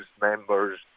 members